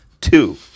two